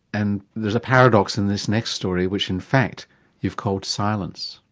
and there's a paradox in this next story which in fact you've called silence.